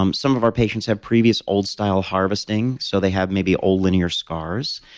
um some of our patients have previous old-style harvesting so they have maybe old linear scars.